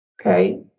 Okay